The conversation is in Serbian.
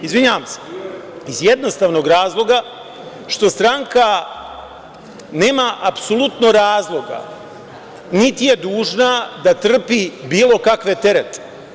Iz jednostavnog razloga što stranka nema apsolutno razloga niti je dužna da trpi bilo kakve terete.